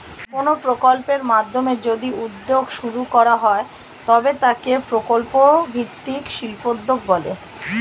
কোনো প্রকল্পের মাধ্যমে যদি উদ্যোগ শুরু করা হয় তবে তাকে প্রকল্প ভিত্তিক শিল্পোদ্যোগ বলে